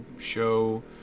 show